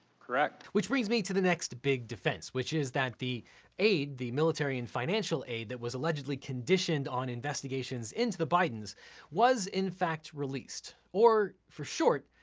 correct. which brings me to the next big defense, which is that the aid, the military and financial aid that was allegedly conditioned on investigations into the bidens was in fact released, or for short,